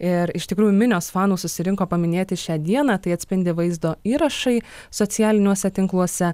ir iš tikrųjų minios fanų susirinko paminėti šią dieną tai atspindi vaizdo įrašai socialiniuose tinkluose